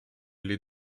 gli